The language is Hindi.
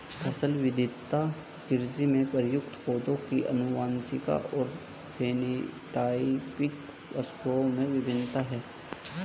फसल विविधता कृषि में प्रयुक्त पौधों की आनुवंशिक और फेनोटाइपिक विशेषताओं में भिन्नता है